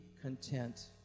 content